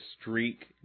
streak